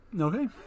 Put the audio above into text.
Okay